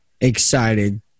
excited